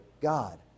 God